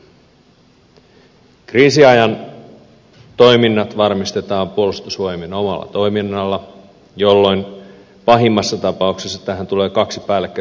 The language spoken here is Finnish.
kriisiajan toiminnat varmistetaan puolustusvoimien omalla toiminnalla jolloin pahimmassa tapauksessa tähän tulee kaksi päällekkäistä toimijaa